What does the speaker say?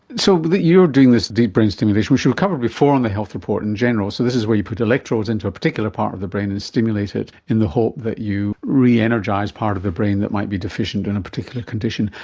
so you're doing this deep brain stimulation, which we've covered before on the health report in general, so this is where you put electrodes into a particular part of the brain and stimulate it in the hope that you re-energise part of the brain that might be deficient in a particular condition.